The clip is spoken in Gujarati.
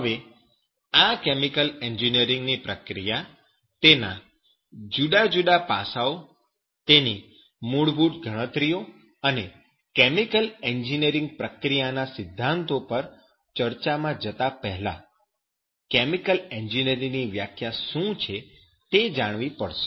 હવે આ કેમિકલ એન્જિનિયરીંગ ની પ્રક્રિયા તેના જુદા જુદા પાસાઓ તેની મૂળભૂત ગણતરીઓ અને કેમિકલ એન્જિનિયરીંગ પ્રક્રિયાના સિદ્ધાંતો પર ચર્ચામાં જતા પહેલા કેમિકલ એન્જિનિયરીંગની વ્યાખ્યા શું છે તે જાણવી પડશે